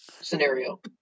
scenario